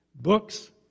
Books